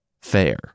fair